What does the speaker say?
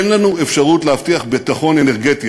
אין לנו אפשרות להבטיח ביטחון אנרגטי,